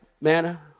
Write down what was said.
manna